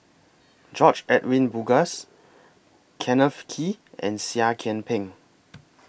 George Edwin Bogaars Kenneth Kee and Seah Kian Peng